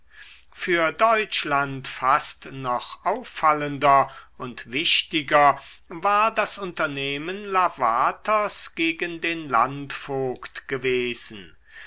für deutschland fast noch auffallender und wichtiger war das unternehmen lavaters gegen den landvogt gewesen